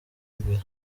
imbere